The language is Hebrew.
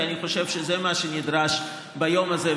כי אני חושב שזה מה שנדרש ביום הזה,